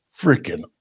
freaking